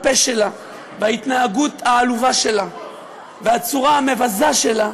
בזכות הפה שלה וההתנהגות העלובה שלה והצורה המבזה שלה,